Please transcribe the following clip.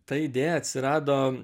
ta idėja atsirado